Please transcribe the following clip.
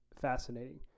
fascinating